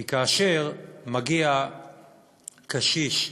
כי כאשר מגיע קשיש,